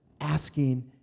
asking